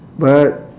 but